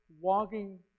walking